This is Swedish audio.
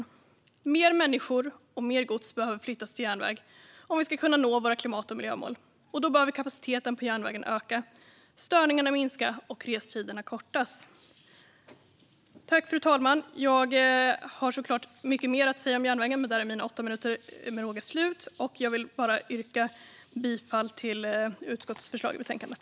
Fler människor och mer gods behöver flyttas till järnväg om vi ska kunna nå våra klimat och miljömål. Då behöver kapaciteten på järnvägen öka, störningarna minska och restiderna kortas. Fru talman! Jag har såklart mycket mer att säga om järnvägen, men här är mina åtta minuter med råge slut. Jag vill yrka bifall till utskottets förslag i betänkandet.